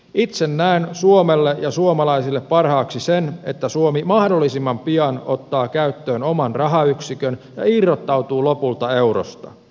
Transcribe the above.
itse näen suomelle ja suomalaisille parhaaksi sen että suomi mahdollisimman pian ottaa käyttöön oman rahayksikön ja irrottautuu lopulta eurosta